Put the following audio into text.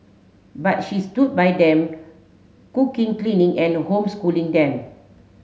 but she stood by them cooking cleaning and homeschooling them